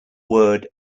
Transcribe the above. word